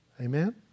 Amen